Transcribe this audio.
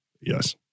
Yes